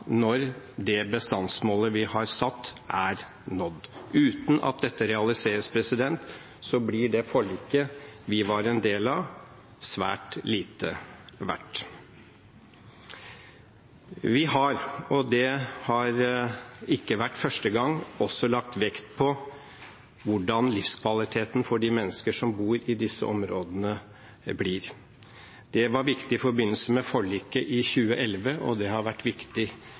når det bestandsmålet vi har satt, er nådd. Uten at dette realiseres, blir det forliket som vi var en del av, svært lite verdt. Vi har – og det har ikke vært for første gang – også lagt vekt på hvordan livskvaliteten for de mennesker som bor i disse områdene, blir. Det var viktig i forbindelse med forliket i 2011, og det har vært viktig